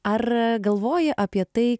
ar galvoji apie tai